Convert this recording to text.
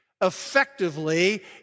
effectively